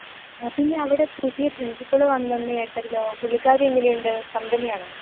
ആഹ് പിന്നെ അവിടെ പുതിയ പ്രിന്സിപ്പള് വന്നെന്ന് കേട്ടല്ലോ പുള്ളിക്കാരി എങ്ങനെയുണ്ട് കമ്പനിയാണോ